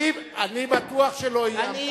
אני בטוח שלא איימת,